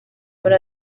muri